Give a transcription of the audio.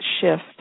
shift